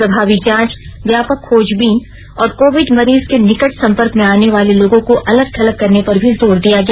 प्रभावी जांच व्यापक खोजबीन और कोविड मरीज के निकट संपर्क में आने वाले लोगों को अलग थलग करने पर भी जोर दिया गया